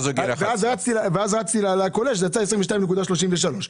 אז יצא 22.33 שקלים.